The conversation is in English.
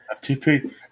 FTP